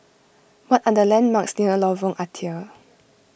what are the landmarks near Lorong Ah Thia